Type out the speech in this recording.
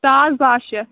ساس بَہہ شَتھ